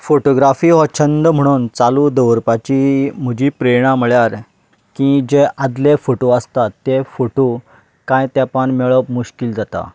photography हो छंद म्हणून चालू दवरपाची म्हजी प्रेरणा म्हळ्ळ्यार की जे आदले फोटो आसतात ते फोटो कांय तेंपान मेळप मुश्कील जाता